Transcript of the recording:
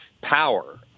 power